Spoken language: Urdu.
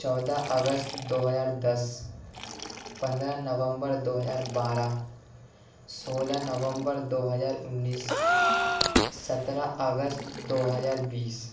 چودہ اگست دو ہزار دس پندرہ نومبر دو ہزار بارہ سولہ نومبر دو ہزار انّیس سترہ اگست دو ہزار بیس